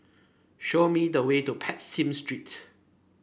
show me the way to Prinsep Street